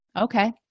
okay